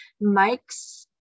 Mike's